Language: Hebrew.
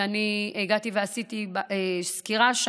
שאני הגעתי ועשיתי שם סקירה.